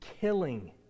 killing